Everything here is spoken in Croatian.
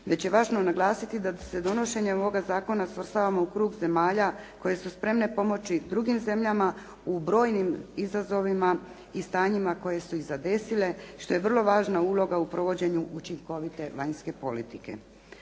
već je važno naglasiti da se donošenjem ovog zakona svrstavamo u krug zemalja koje su spremne pomoći drugim zemljama u brojnim izazovima i stanjima koja su ih zadesila što je vrlo važna uloga u provođenju učinkovite vanjske politike.